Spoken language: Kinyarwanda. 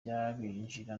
by’abinjira